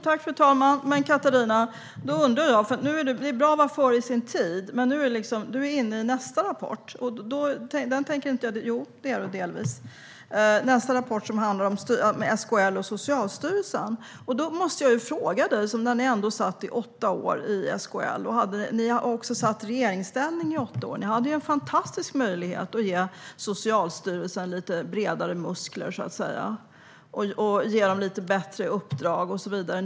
Fru talman! Men, Katarina, då undrar jag en sak. Det är bra att vara före sin tid, men du är delvis inne på nästa rapport, som handlar om SKL och Socialstyrelsen. Ni satt i SKL i åtta år. Ni har också suttit i regeringsställning i åtta år. Ni hade en fantastisk möjlighet att ge Socialstyrelsen lite större muskler, lite bättre uppdrag och så vidare.